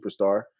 superstar